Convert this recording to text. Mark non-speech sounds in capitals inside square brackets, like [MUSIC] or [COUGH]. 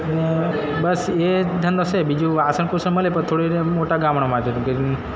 ને બસ એ જ ધંધો છે બીજું વાસણ કુસણ મળે પણ થોડી એ મોટા ગામડામાં [UNINTELLIGIBLE]